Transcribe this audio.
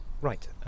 Right